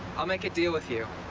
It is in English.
i'll make a deal with you.